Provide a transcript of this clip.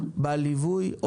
בליווי,